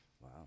Wow